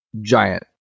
giant